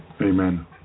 Amen